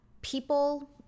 people